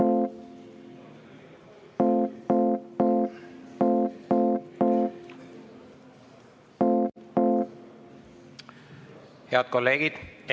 Head kolleegid!